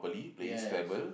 yes